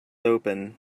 open